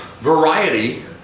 variety